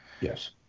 Yes